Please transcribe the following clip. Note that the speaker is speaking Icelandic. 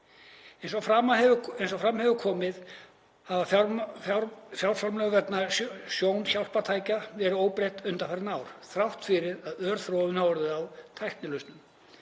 Eins og fram hefur komið hafa fjárframlög vegna sjónhjálpartækja verið óbreytt undanfarin ár, þrátt fyrir að ör þróun hafi orðið á tæknilausnum.